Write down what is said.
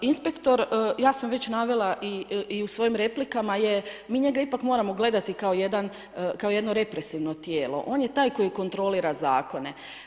Inspektor, ja sam već navela i u svojim replikama jer mi njega ipak moramo gledati kao jedno represivno tijelo, on je taj koji kontrolira zakone.